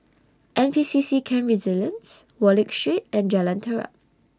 N P C C Camp Resilience Wallich Street and Jalan Terap